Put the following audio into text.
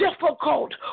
difficult